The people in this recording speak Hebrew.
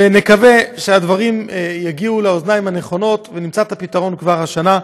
ונקווה שהדברים יגיעו לאוזניים הנכונות ונמצא את הפתרון כבר השנה.